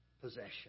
possession